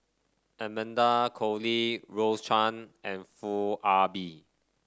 Amanda Koe Lee Rose Chan and Foo Ah Bee